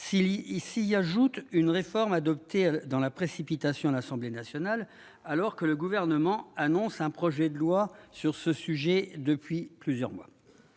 s'il y ajoute une réforme adoptée dans la précipitation, à l'Assemblée nationale, alors que le gouvernement annonce un projet de loi sur ce sujet depuis plusieurs mois,